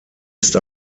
ist